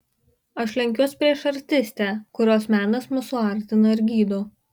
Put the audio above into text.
aš lenkiuos prieš artistę kurios menas mus suartina ir gydo